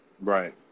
right